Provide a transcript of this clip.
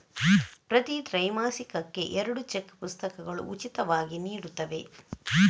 ಪ್ರತಿ ತ್ರೈಮಾಸಿಕಕ್ಕೆ ಎರಡು ಚೆಕ್ ಪುಸ್ತಕಗಳು ಉಚಿತವಾಗಿ ನೀಡುತ್ತವೆ